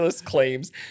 claims